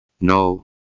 no